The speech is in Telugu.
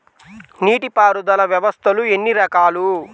నీటిపారుదల వ్యవస్థలు ఎన్ని రకాలు?